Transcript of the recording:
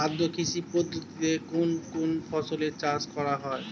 আদ্র কৃষি পদ্ধতিতে কোন কোন ফসলের চাষ করা হয়?